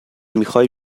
میخای